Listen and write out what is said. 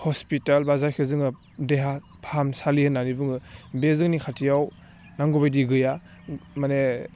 hospital बा जायखौ जोङो देहा फाहामसालि होननानै बुङो बे जोंनि खाथियाव नांगौ बायदि गैया माने